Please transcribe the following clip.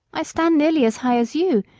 i stand nearly as high as you,